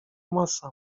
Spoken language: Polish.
masa